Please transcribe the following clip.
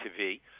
TV